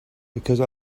because